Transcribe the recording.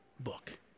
book